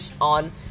on